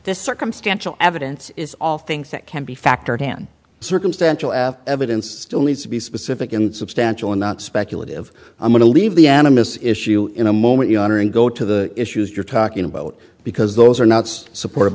this circumstantial evidence is all things that can be factored in circumstantial evidence still needs to be specific and substantial and not speculative i'm going to leave the animists issue in a moment and go to the issues you're talking about because those are not supported